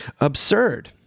absurd